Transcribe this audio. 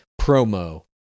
promo